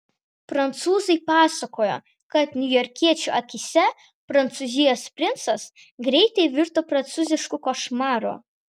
prancūzai pasakojo kad niujorkiečių akyse prancūzijos princas greitai virto prancūzišku košmaru